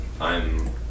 I'm-